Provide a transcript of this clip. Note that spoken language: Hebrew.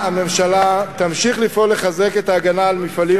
הממשלה תמשיך לפעול לחזק את ההגנה על המפעלים